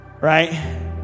right